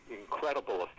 incredible